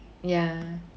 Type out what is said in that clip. ya